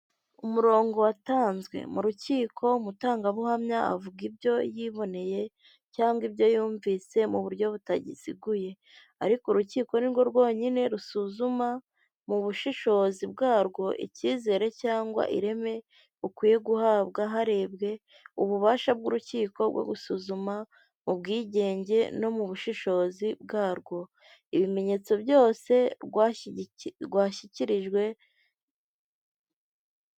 Umurongo watanzwe mu rukiko umutangabuhamya avuga ibyo yiboneye cyangwa ibyo yumvise mu buryo butaziguye, ariko urukiko ni rwo rwonyine rusuzuma mu bushishozi bwarwo icyizere cyangwa ireme rukwiye guhabwa harebwe ububasha bw'urukiko bwo gusuzuma ubwigenge no mu bushishozi bwarwo ibimenyetso byose rwashyikirijwe.